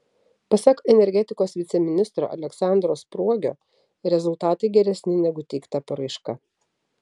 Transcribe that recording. pasak energetikos viceministro aleksandro spruogio rezultatai geresni negu teikta paraiška